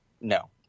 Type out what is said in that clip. No